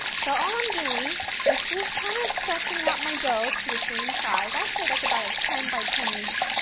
so all i'm doing is just kind of stretching out my dough to the same size i'd say that's about a ten by ten inch